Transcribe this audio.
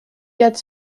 quatre